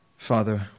Father